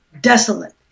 Desolate